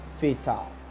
fatal